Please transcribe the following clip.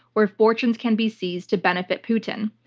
where fortunes can be seized to benefit putin.